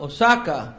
Osaka